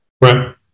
Right